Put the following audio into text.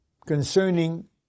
concerning